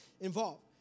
involved